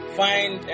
find